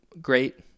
great